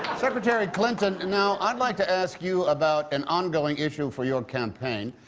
secretary clinton, and now, i'd like to ask you about an ongoing issue for your campaign.